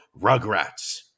rugrats